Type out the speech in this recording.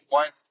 one